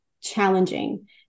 challenging